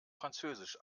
französisch